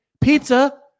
pizza